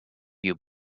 you